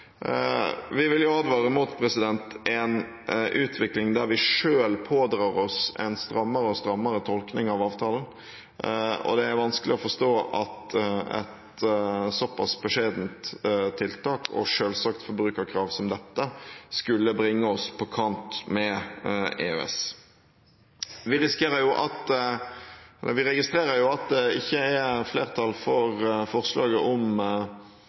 Vi vil advare mot en utvikling der vi selv pådrar oss en strammere og strammere tolkning av avtalen, og det er vanskelig å forstå at et såpass beskjedent tiltak og et selvsagt forbrukerkrav som dette skulle bringe oss på kant med EØS. Vi registrerer at det ikke er flertall for forslaget om